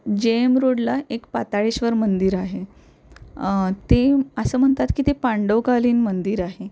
जे एम रोडला एक पाताळेश्वर मंदिर आहे ते असं म्हणतात की ते पांडवकालीन मंदिर आहे